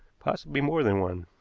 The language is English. possibly more than one.